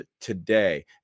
today